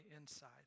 inside